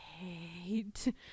hate